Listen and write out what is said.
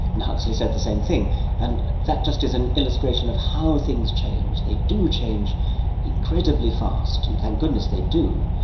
and huxley said the same thing and that just is an illustration of how things change. they do change incredibly fast and thank goodness they do,